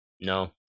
No